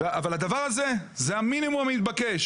אבל הדבר הזה הוא המינימום המתבקש.